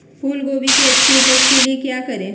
फूलगोभी की अच्छी उपज के क्या करे?